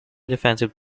defensive